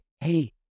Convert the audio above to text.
hey